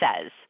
says